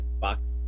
box